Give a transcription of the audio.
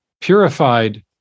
purified